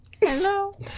Hello